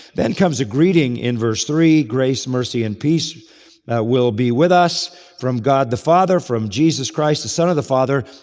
then comes a greeting in verse three, grace, mercy and peace will be with us from god the father, from jesus christ, the son of the father,